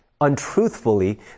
untruthfully